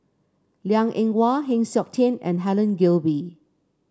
Liang Eng Hwa Heng Siok Tian and Helen Gilbey